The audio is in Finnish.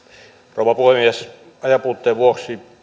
rouva puhemies ajanpuutteen vuoksi